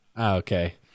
Okay